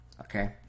Okay